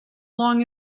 long